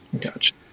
Gotcha